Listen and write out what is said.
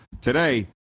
today